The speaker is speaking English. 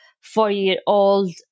four-year-old